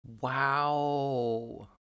Wow